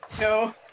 No